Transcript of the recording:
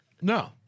No